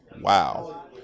Wow